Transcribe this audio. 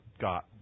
got